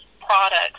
products